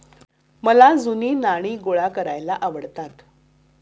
मला जुनी नाणी गोळा करायला आवडतात